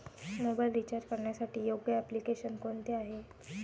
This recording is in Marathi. मोबाईल रिचार्ज करण्यासाठी योग्य एप्लिकेशन कोणते आहे?